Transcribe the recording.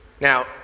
Now